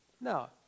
Now